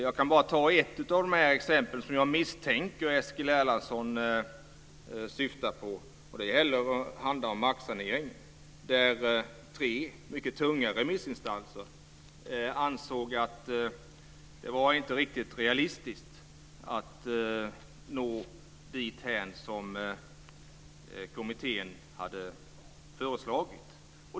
Jag kan ta ett av de exempel som jag misstänker att Eskil Erlandsson syftar på. Det handlar om marksanering. Där ansåg tre mycket tunga remissinstanser att det inte var riktigt realistiskt att nå dithän som kommittén hade föreslagit.